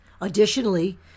Additionally